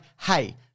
hey